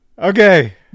Okay